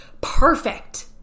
perfect